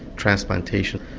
transplantation,